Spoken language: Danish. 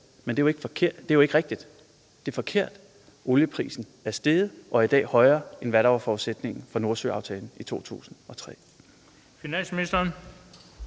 Men det er jo ikke rigtigt, det er forkert. Olieprisen er steget og er i dag højere, end hvad der var forudsætningen for Nordsøaftalen i 2003.